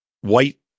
white